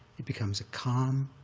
it becomes a calm,